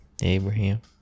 Abraham